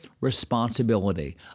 responsibility